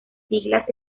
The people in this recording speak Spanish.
siglas